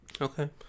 okay